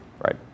right